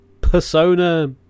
Persona